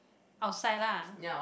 outside lah